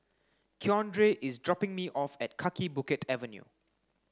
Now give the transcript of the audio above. Keandre is dropping me off at Kaki Bukit Avenue